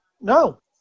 No